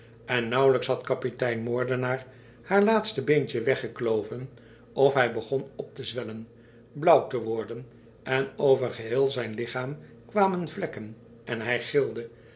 en nauwelijks had kapitein moordenaar haar laatste beentje gekloven of hij begon op te zwellen blauw te worden en over geheel zijn lichaam kwamen vlekken en hij